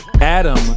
Adam